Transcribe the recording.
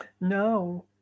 No